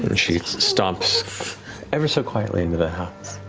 and she stomps ever so quietly into the house.